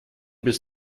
bis